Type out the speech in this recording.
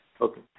Okay